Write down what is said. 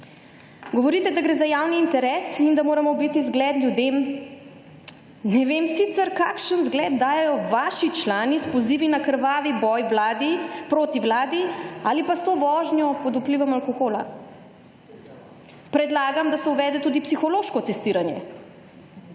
Govorite, da gre za javni interes in da moramo biti zgled ljudem. Ne vem sicer, kakšen zgled dajejo vaši člani s pozivi na krvavi boj vladi, proti vladi, ali pa s to vožnjo pod vplivom alkohola. Predlagam, da se uvede tudi psihološko testiranje.